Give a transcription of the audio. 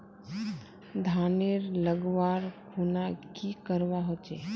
धानेर लगवार खुना की करवा होचे?